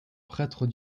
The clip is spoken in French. prêtres